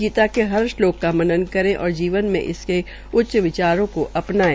गीता के हर श्लोक का मनन करे और जीवन मे इसके उच्च विचारों को अपनाये